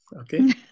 okay